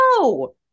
No